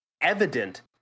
evident